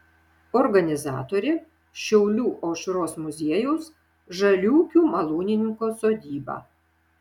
organizatorė šiaulių aušros muziejaus žaliūkių malūnininko sodyba